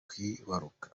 kwibaruka